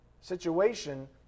situation